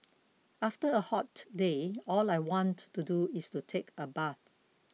after a hot day all I want to do is take a bath